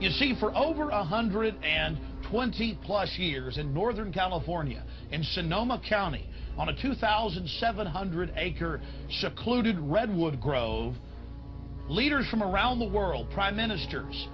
you see for over a hundred and twenty plus years in northern california and sonoma county on a two thousand seven hundred acre show clued redwood grove leaders from around the world prime minister